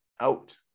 out